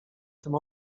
tym